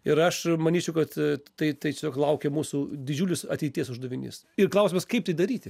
ir aš manyčiau kad tai tai tiesiog laukia mūsų didžiulis ateities uždavinys ir klausimas kaip tai daryti